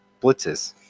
blitzes